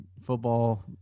Football